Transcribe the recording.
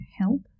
help